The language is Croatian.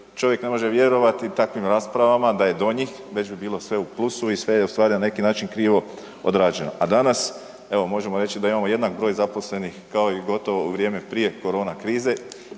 čovjek ne može vjerovati takvim raspravama da je do njih već bi bilo sve u plusu i sve je u stvari na neki način krivo odrađeno. A danas evo možemo reći da imamo jednak broj zaposlenih kao i gotovo u vrijeme prije korona krize